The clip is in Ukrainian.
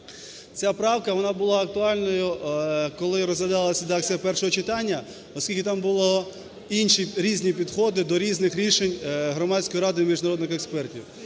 Ця правка вона була актуальною, коли розглядалася редакція першого читання, оскільки там були інші різні підходи до різних рішень Громадської ради міжнародних експертів.